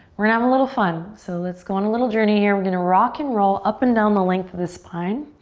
we're gonna have a little fun. so let's go on a little journey here. we're gonna rock and roll up and down the length of the spine.